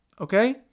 Okay